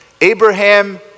Abraham